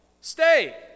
stay